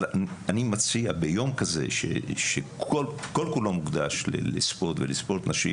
אבל אני מציע שביום כזה שכל כולו מוקדש לספורט ולספורט נשי